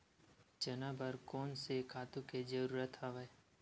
चना बर कोन से खातु के जरूरत हवय?